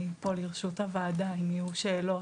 אני פה לרשות הוועדה אם יהיו שאלות.